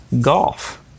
Golf